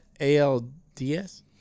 ALDS